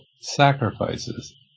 sacrifices